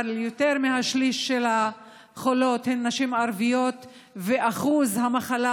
אבל יותר משליש החולות הן נשים ערביות ואחוז המחלה,